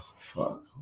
Fuck